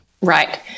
Right